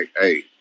hey